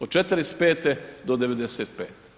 Od '45. do '95.